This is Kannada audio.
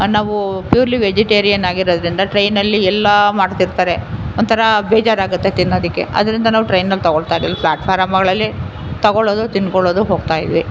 ನಾವು ಪ್ಯೂರ್ಲಿ ವೆಜಿಟೇರಿಯನ್ ಆಗಿರೋದ್ರಿಂದ ಟ್ರೈನಲ್ಲಿ ಎಲ್ಲ ಮಾಡ್ತಿರ್ತರೆ ಒಂಥರಾ ಬೇಜಾರಾಗುತ್ತೆ ತಿನ್ನೋದಕ್ಕೆ ಅದರಿಂದ ನಾವು ಟ್ರೈನಲ್ಲಿ ತಗೊಳ್ತಾ ಇರಲಿಲ್ಲ ಫ್ಲಾಟ್ ಫಾರಮ್ಗಳಲ್ಲಿ ತಗೊಳ್ಳೋದು ತಿಂದ್ಕೊಳ್ಳೋದು ಹೋಗ್ತಾಯಿದ್ವಿ